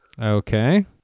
Okay